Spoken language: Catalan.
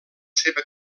seva